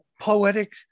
poetic